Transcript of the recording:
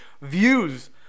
views